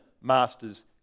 masters